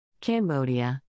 Cambodia